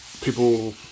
People